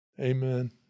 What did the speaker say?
Amen